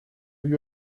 you